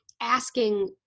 asking